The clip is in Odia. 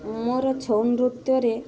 ମୋର ଛଉ ନୃତ୍ୟରେ